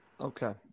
Okay